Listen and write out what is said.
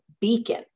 beacon